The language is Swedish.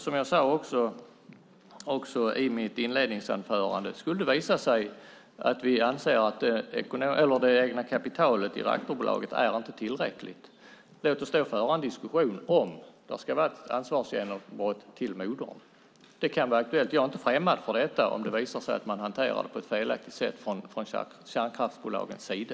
Som jag också sade i mitt inledningsanförande: Skulle det visa sig att det egna kapitalet i reaktorbolaget inte är tillräckligt, låt oss då föra en diskussion om det ska vara ett ansvarsgenombrott till moderbolaget. Det kan vara aktuellt. Jag är inte främmande för det om det visar sig att man hanterar detta på ett felaktigt sätt från kärnkraftsbolagens sida.